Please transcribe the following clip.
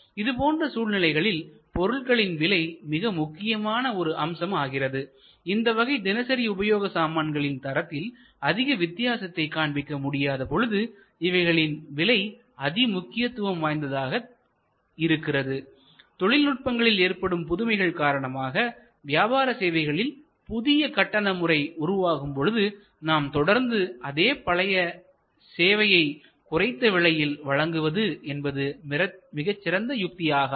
இதுபோன்ற சூழ்நிலைகளில் பொருட்களின் விலை மிக முக்கியமான ஒரு அம்சம் ஆகிறது இந்த வகை தினசரி உபயோக சாமான்களின் தரத்தில் அதிக வித்தியாசத்தை காண்பிக்க முடியாத பொழுது இவைகளின் விலை அதி முக்கியத்துவம் வாய்ந்ததாக இருக்கிறது தொழில்நுட்பங்களில் ஏற்படும் புதுமைகள் காரணமாக வியாபார சேவைகளில் புதிய கட்டண முறை உருவாகும் பொழுது நாம் தொடர்ந்து அதே பழைய சேவையை குறைந்த விலையில் வழங்குவது என்பது மிகச் சிறந்த யுக்தி ஆகாது